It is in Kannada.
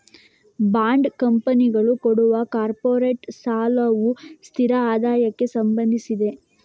ಬಾಂಡ್ ಕಂಪನಿಗಳು ಕೊಡುವ ಕಾರ್ಪೊರೇಟ್ ಸಾಲವು ಸ್ಥಿರ ಆದಾಯಕ್ಕೆ ಸಂಬಂಧಿಸಿದೆ